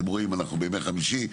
אתם רואים, אנחנו בימי חמישי.